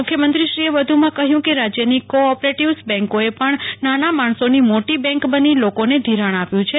મુખ્યમંત્રીશ્રીએ વધુમાં કહ્યું કે રાજ્યની કો ઓપરેટીવ્સ બેંકોએ પણ નાના માણસોની મોટી બેંક બની લોકોને ઘિરાણ આપ્યું છે